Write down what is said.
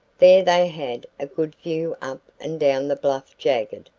there they had a good view up and down the bluff-jagged,